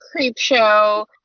Creepshow